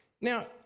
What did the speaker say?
Now